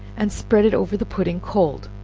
and spread it over the pudding cold,